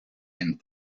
and